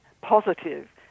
positive